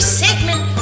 segment